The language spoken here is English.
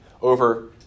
over